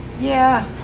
yeah.